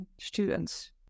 students